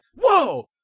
whoa